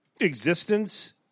existence